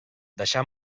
deixà